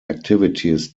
activities